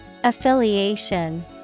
Affiliation